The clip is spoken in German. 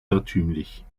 irrtümlich